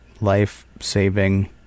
life-saving